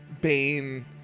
Bane